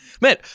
Man